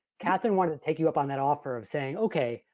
katherine wanted to take you up on that offer of saying, okay,